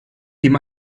ihm